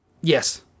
yes